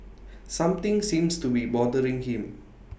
something seems to be bothering him